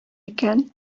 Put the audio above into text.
икән